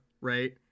right